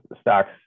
stocks